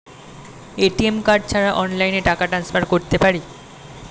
ATM card ছাড়া অনলাইনে টাকা টান্সফার করতে পারি?